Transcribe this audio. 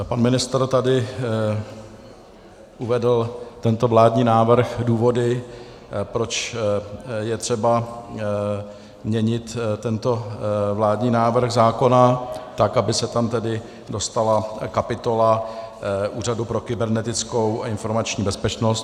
Pan ministr tady uvedl tento vládní návrh, důvody proč je třeba měnit tento vládní návrh zákona tak, aby se tam tedy dostala kapitola Úřadu pro kybernetickou a informační bezpečnost.